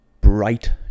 bright